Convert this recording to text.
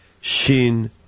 Shin